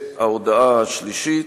וההודעה השלישית,